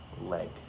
leg